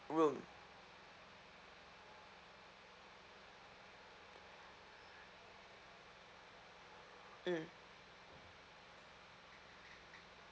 room mm